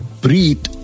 breathe